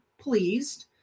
pleased